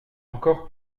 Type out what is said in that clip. encore